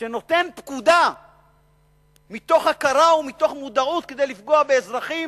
שנותן פקודה מתוך הכרה ומתוך מודעות כדי לפגוע באזרחים?